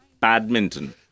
badminton